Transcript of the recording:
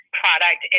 product